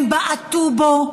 הם בעטו בו,